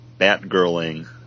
Batgirling